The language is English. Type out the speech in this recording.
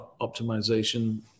optimization